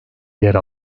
yer